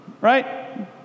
right